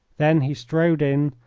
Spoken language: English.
then he strode in,